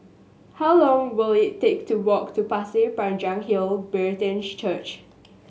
how long will it take to walk to Pasir Panjang Hill Brethren Church